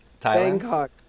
Bangkok